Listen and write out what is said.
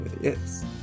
Yes